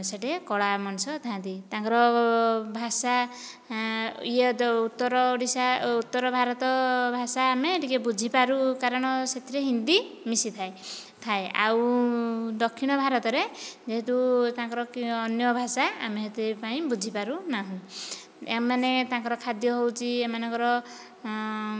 ସେଇଠି କଳା ମଣିଷ ଥାଆନ୍ତି ତାଙ୍କର ଭାଷା ଉତ୍ତର ଓଡ଼ିଶା ଉତ୍ତର ଭାରତ ଭାଷା ଆମେ ଟିକିଏ ବୁଝିପାରୁ କାରଣ ସେଥିରେ ହିନ୍ଦୀ ମିଶିଥାଏ ଥାଏ ଥାଏ ଆଉ ଦକ୍ଷିଣ ଭାରତରେ ଯେହେତୁ ତାଙ୍କର ଅନ୍ୟ ଭାଷା ଆମେ ସେଥିପାଇଁ ବୁଝିପାରୁ ନାହୁଁ ଏମାନେ ତାଙ୍କର ଖାଦ୍ୟ ହେଉଛି ଏମାନଙ୍କର